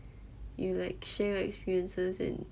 you like share experiences in